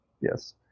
Yes